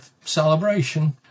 celebration